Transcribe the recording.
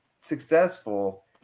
successful